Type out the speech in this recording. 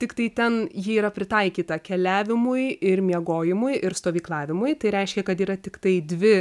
tiktai ten ji yra pritaikyta keliavimui ir miegojimui ir stovyklavimui tai reiškia kad yra tiktai dvi